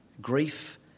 grief